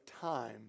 time